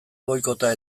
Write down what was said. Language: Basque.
boikota